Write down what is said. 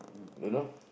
don't know